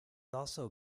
also